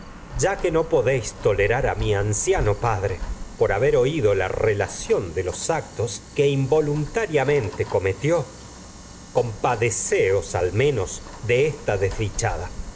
ya que no podéis tolerar de a anciano que haber oído la relación los actos involuntariamente cometió compadeceos al co menos de esta